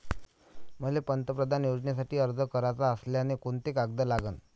मले पंतप्रधान योजनेसाठी अर्ज कराचा असल्याने कोंते कागद लागन?